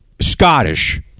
Scottish